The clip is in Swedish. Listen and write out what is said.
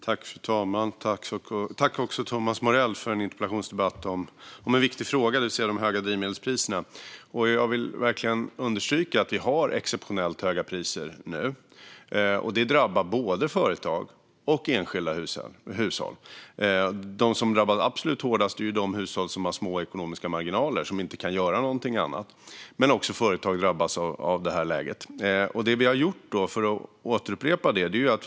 Fru talman! Tack, Thomas Morell, för en interpellationsdebatt om en viktig fråga, det vill säga de höga drivmedelspriserna. Jag vill verkligen understryka att vi har exceptionellt höga priser nu. Det drabbar både företag och enskilda hushåll. De som drabbas absolut hårdast är de hushåll som har små ekonomiska marginaler och som inte kan göra något annat. Men även företag drabbas av läget. Låt mig upprepa vad vi har gjort.